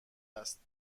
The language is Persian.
است